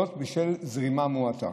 בשל זרימה מועטה.